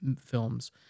films